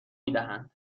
میدهند